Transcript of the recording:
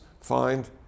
find